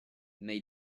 mais